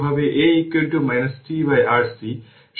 সুতরাং এই দিকটিকে VA tRC লেখা যেতে পারে এটি হল ইকুয়েশন 7